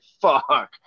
fuck